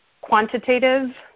quantitative